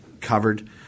covered